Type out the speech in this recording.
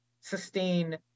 sustain